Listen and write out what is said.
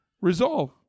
resolve